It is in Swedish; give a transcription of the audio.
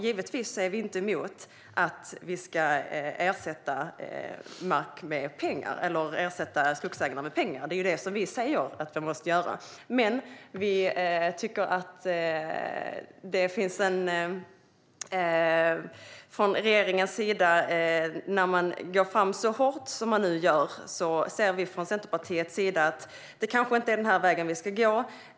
Givetvis är vi inte emot att skogsägarna ska ersättas med pengar. Det är det som vi säger att man måste göra. Men när regeringen går fram så hårt som den nu gör säger vi från Centerpartiets sida att det kanske inte är den här vägen vi ska gå.